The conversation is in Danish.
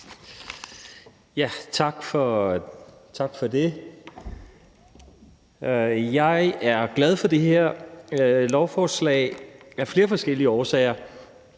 Tak for det. Jeg er glad for det her lovforslag af flere forskellige årsager.